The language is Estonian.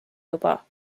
juba